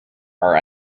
are